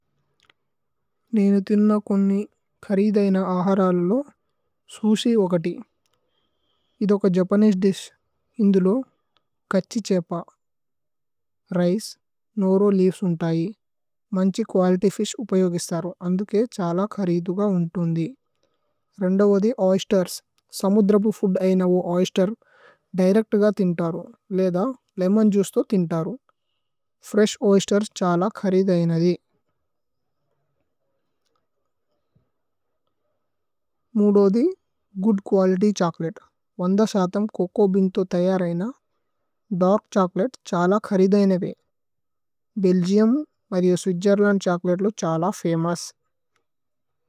നേനു തിന്ന കോന്നി കരീദ് ഐന ആഹരല്ലു। സുശി ഓകതി ഇധ് ഓക ജപനേസേ ദിശ് ഇധുലോ। കഛി ഛേപ രിചേ നോരോ ലേഅവേസ് ഉന്തയി മന്ഛി। കുഅലിത്യ് ഫിശ് ഉപയോഗിസ്ഥരു അന്ദുകേ ഛല। കരീദുഗ ഉന്തുന്ധി രന്ദവോദി ഓയ്സ്തേര്സ്। സമുദ്രബു ഫൂദ് ഐന ഓ ഓയ്സ്തേര് ദിരേച്ത്ഗ। തിന്തരു ലേദ ലേമോന് ജുഇചേ തോ തിന്തരു। ഫ്രേശ് ഓയ്സ്തേര്സ് ഛല കരീദൈനദി മുദോദി। ഗൂദ് കുഅലിത്യ് ഛോചോലതേ വന്ദശതമ്। ചോചോ ബേഅന് തോ തയര് ഐന ദര്ക് ഛോചോലതേ। ഛല കരീദൈനവേ ബേല്ഗിഉമ് മരിഅ। സ്വിത്ജേര്ലന്ദ് ഛോചോലതേ ലോ ഛല ഫമോഉസ്।